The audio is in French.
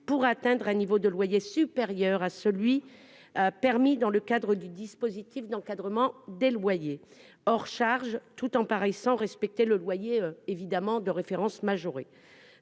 pour atteindre un niveau de loyer supérieur à celui permis dans le cadre du dispositif d'encadrement des loyers, hors charges, tout en paraissant respecter le loyer de référence majoré.